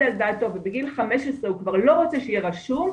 על דעתו ובגיל 15 הוא כבר לא רוצה שיהיה רשום,